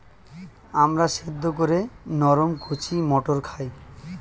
আমরা সেদ্ধ করে নরম কচি মটর খাই